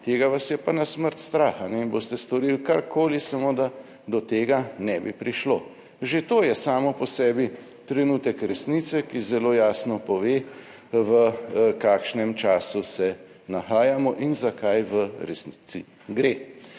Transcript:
tega vas je pa na smrt strah in boste storili karkoli, samo da do tega ne bi prišlo. Že to je samo po sebi trenutek resnice, ki zelo jasno pove, v kakšnem času se nahajamo in za kaj v resnici gre.